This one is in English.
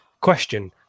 question